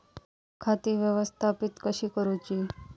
खाती व्यवस्थापित कशी करूची?